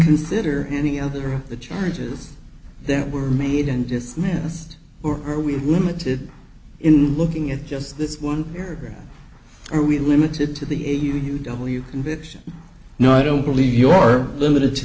consider any other of the charges that were made and just mess or are we limited in looking at just this one area are we limited to the a u w conviction no i don't believe your limited to